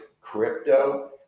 crypto